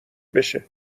بشه